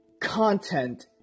content